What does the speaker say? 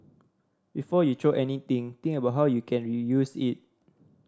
before you anything think about how you can reuse it